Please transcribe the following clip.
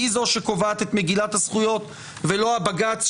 היא זאת שקובעת את מגילת הזכויות ולא הבג"ץ,